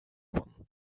wan